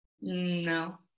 No